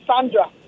Sandra